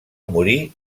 morir